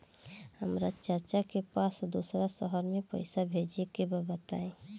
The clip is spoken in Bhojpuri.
हमरा चाचा के पास दोसरा शहर में पईसा भेजे के बा बताई?